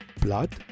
blood